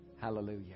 Hallelujah